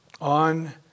on